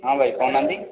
ହଁ ଭାଇ କହୁନାହାଁନ୍ତି